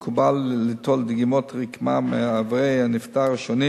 מקובל ליטול דגימות רקמה מאיברי הנפטר השונים